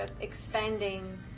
expanding